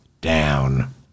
down